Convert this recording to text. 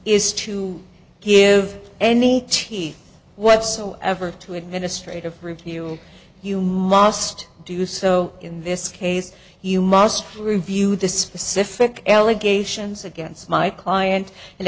is to give any teeth whatsoever to administrative review you must do so in this case you must review the specific allegations against my client and